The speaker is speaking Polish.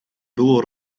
było